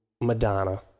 Madonna